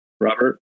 Robert